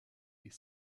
est